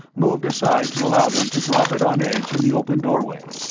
moved aside to allow them to drop it on edge in the open doorway,